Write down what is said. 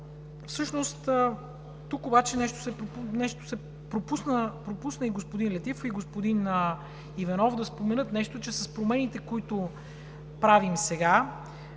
Всъщност тук нещо се пропусна и от господин Летифов, и от господин Иванов – да споменат, че с промените, които правим сега,